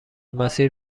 مسیر